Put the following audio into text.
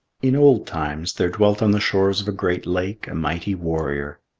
n old times there dwelt on the shores of a great lake a mighty warrior.